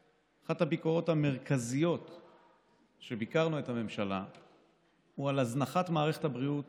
אחת הביקורות המרכזיות שבה ביקרנו את הממשלה היא על הזנחת מערכת הבריאות